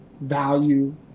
value